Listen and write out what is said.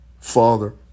Father